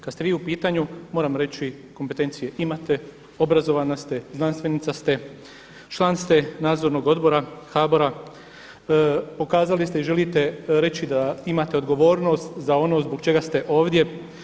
Kada ste vi u pitanju, moram reći kompetencije imate, obrazovana ste, znanstvenica ste, član ste Nadzornog odbora HBOR-a, pokazali ste i želite reći da imate odgovornost za ono zbog čega ste ovdje.